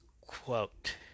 quote